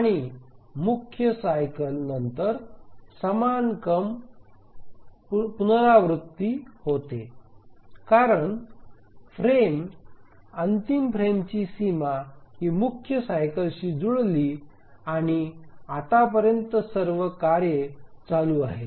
आणि मुख्य सायकल नंतर समान क्रम पुनरावृत्ती होते कारण फ्रेम अंतिम फ्रेमची सीमा ही मुख्य सायकलशी जुळली आणि आतापर्यंत सर्व कार्ये चालू आहेत